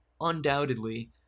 undoubtedly